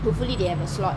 hopefully they have a slot